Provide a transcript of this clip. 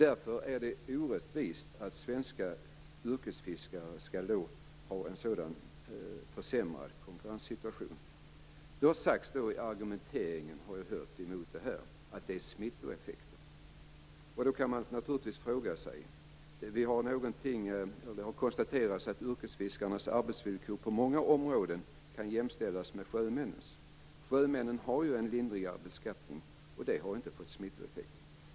Därför är det orättvist att svenska yrkesfiskare skall ha en sådan försämrad konkurrenssituation. Det har sagts i argumenteringen emot ett avdrag att det kan uppstå smittoeffekter, har jag hört. Det har konstaterats att yrkesfiskarnas arbetsvillkor på många områden kan jämställas med sjömännens. Sjömännen har ju en lindrigare beskattning, och det har inte fått smittoeffekter.